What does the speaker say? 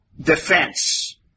defense